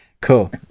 cool